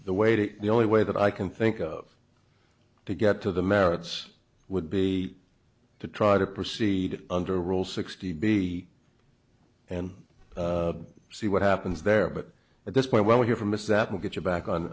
the way to the only way that i can think of to get to the merits would be to try to proceed under rule sixty b and see what happens there but at this point where we hear from is that we'll get you back on